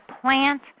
plant